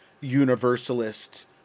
universalist